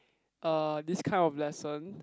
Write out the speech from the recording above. er this kind of lesson